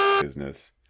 business